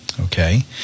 Okay